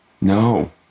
No